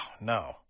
no